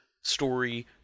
story